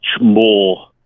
more